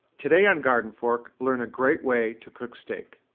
today on gardenfork, learn a great way to cook steak.